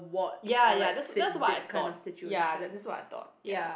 ya ya that's that's what I thought ya that's what I thought ya